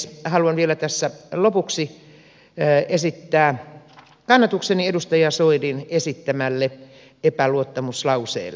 haluan vielä tässä lopuksi esittää kannatukseni edustaja soinin esittämälle epäluottamuslauseelle